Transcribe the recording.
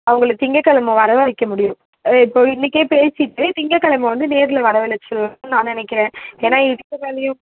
அவங்கள திங்கள் கெழம வர வைக்க முடியும் இப்போ இன்றைக்கே பேசிவிட்டு திங்கள் கெழம வந்து நேரில் வரவழைச்சு நான் நினைக்குறேன் ஏன்னால் இதுக்கு மேலேயும்